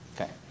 Okay